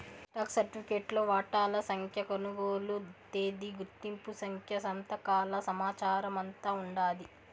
stock సరిఫికెట్లో వాటాల సంఖ్య, కొనుగోలు తేదీ, గుర్తింపు సంఖ్య, సంతకాల సమాచారమంతా ఉండాది